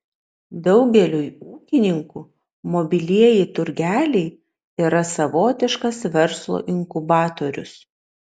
daugeliui ūkininkų mobilieji turgeliai yra savotiškas verslo inkubatorius